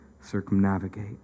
circumnavigate